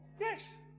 Yes